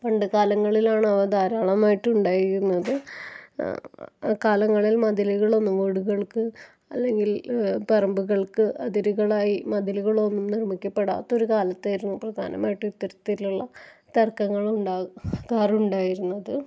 പണ്ടുകാലങ്ങളിലാണ് അവ ധാരാളമായിട്ടും ഉണ്ടായിരുന്നത് കാലങ്ങളില് മതിലുകളൊന്നും വീടുകള്ക്ക് അല്ലെങ്കില് പറമ്പുകള്ക്ക് അതിരുകളായി മതിലുകളൊന്നും നിര്മ്മിക്കപ്പെടാത്തൊരു കാലത്തായിരുന്നു പ്രധാനമായിട്ടും ഇത്തരത്തിലുള്ള തര്ക്കങ്ങള് ഉണ്ടാകു കാരുണ്ടായിരുന്നത്